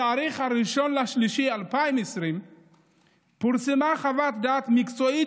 בתאריך 1 במרץ 2020 פורסמה חוות דעת מקצועית